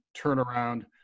turnaround